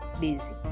busy